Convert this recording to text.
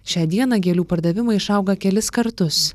šią dieną gėlių pardavimai išauga kelis kartus